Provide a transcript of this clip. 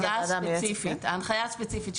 על ההנחיה הספציפית.